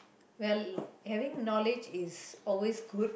well having knowledge is always good